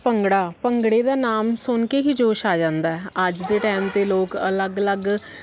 ਭੰਗੜਾ ਭੰਗੜੇ ਦਾ ਨਾਮ ਸੁਣ ਕੇ ਹੀ ਜੋਸ਼ ਆ ਜਾਂਦਾ ਅੱਜ ਦੇ ਟਾਈਮ 'ਤੇ ਲੋਕ ਅਲੱਗ ਅਲੱਗ